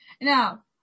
Now